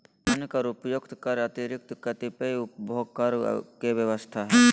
अन्य कर उपर्युक्त कर के अतिरिक्त कतिपय उपभोग कर के व्यवस्था ह